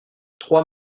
trois